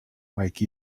like